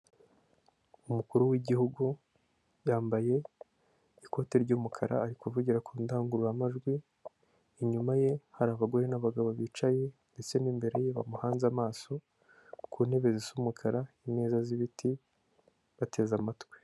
Umukuru w'Igihugu yambaye ikote ry'umukara, ari kuvugira ku ndangururamajwi, inyuma ye hari abagore n'abagabo bicaye ndetse n'imbere ye bamuhanze amaso, ku ntebe zisa umukara, imeza z'ibiti bateze amatwi.